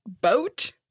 boat